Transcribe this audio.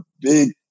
big